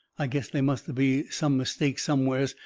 i guess they must be some mistake somewheres,